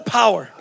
power